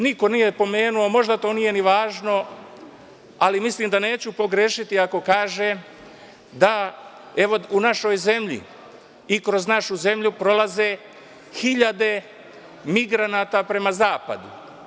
Niko nije pomenuo, možda to nije ni važno, ali mislim da neću pogrešiti ako kažem da, evo, u našoj zemlji i kroz našu zemlju prolaze hiljade migranata prema zapadu.